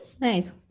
Nice